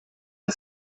and